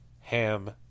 Ham